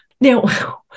Now